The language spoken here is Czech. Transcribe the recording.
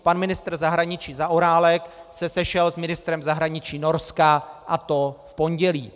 Pan ministr zahraničí Zaorálek se sešel s ministrem zahraničí Norska, a to v pondělí.